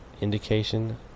Indication